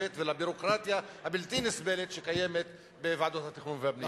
ולביורוקרטיה הבלתי-נסבלת שקיימת בוועדות התכנון והבנייה.